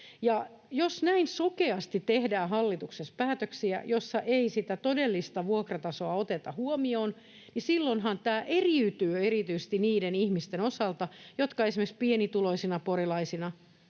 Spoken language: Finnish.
Jos näin sokeasti tehdään hallituksessa päätöksiä, että ei sitä todellista vuokratasoa oteta huomioon, niin silloinhan tämä eriytyy erityisesti niiden ihmisten osalta, jotka esimerkiksi pienituloisina porilaisina